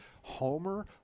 Homer